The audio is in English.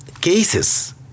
cases